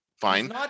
Fine